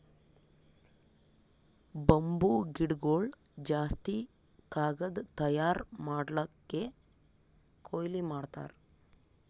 bamboo ಗಿಡಗೊಳ್ ಜಾಸ್ತಿ ಕಾಗದ್ ತಯಾರ್ ಮಾಡ್ಲಕ್ಕೆ ಕೊಯ್ಲಿ ಮಾಡ್ತಾರ್